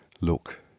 Look